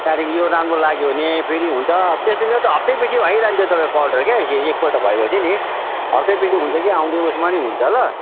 त्यहाँदेखि यो राम्रो लाग्यो भने फेरि हुन्छ त्यस्तै मेरो त हप्तैपिच्छे भइरहन्छ तपाईँको अर्डर क्या ई एकपल्ट भएपछि नि हप्तैपिच्छे हुन्छ कि आउने उयसमा नि हुन्छ ल